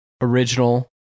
original